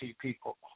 people